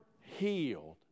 healed